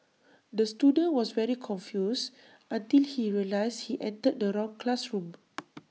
the student was very confused until he realised he entered the wrong classroom